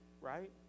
right